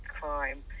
crime